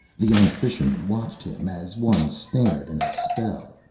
the young fisherman watched him, as one snared in a spell.